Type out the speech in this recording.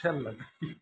सेयारा लायनाय